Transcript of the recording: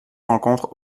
rencontrent